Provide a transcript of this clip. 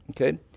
Okay